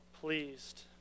pleased